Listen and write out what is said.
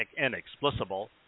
inexplicable